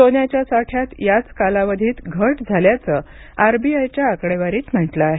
सोन्याच्या साठ्यात याच कालावधीत घट झाल्याचं आरबीआयच्या आकडेवारीत म्हटलं आहे